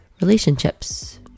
relationships